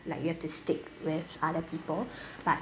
like you have to stick with other people but